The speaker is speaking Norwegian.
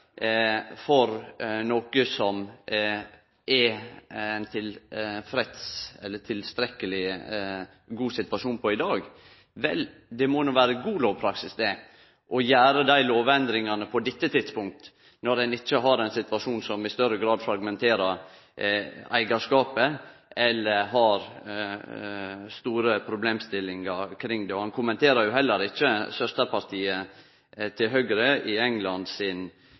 må no vere god lovpraksis å gjere dei lovendringane på dette tidspunktet, når ein ikkje har ein situasjon som i større grad fragmenterer eigarskapen eller har store problemstillingar kring han. Han kommenterer heller ikkje søsterpartiet til Høgre i England sin